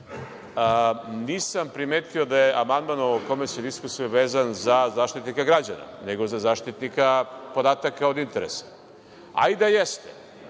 Nisam primetio da je amandman o kome se diskutuje vezan za Zaštitnika građana, nego za Zaštitnika podataka od interesa, a i da jeste,